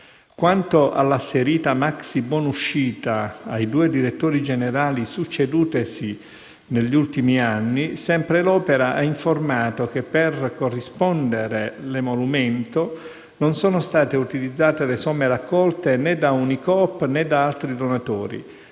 Quanto all'asserita maxi buonuscita ai due direttori generali succedutisi negli ultimi anni, sempre l'Opera ha informato che, per corrispondere l'emolumento, non sono state utilizzate le somme raccolte né da Unicoop né da altri donatori,